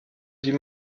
die